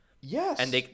Yes